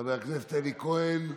חבר הכנסת אלי כהן,